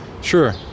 Sure